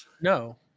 No